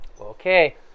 Okay